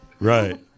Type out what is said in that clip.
Right